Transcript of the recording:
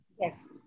yes